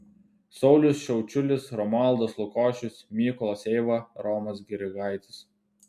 saulius šiaučiulis romualdas lukošius mykolas eiva romas grigaitis